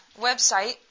website